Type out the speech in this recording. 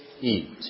eat